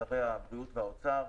שרי הבריאות והאוצר,